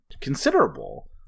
considerable